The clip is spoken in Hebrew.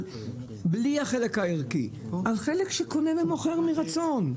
בלי החלק הערכי אלא החלק שקונה ומוכר מרצון,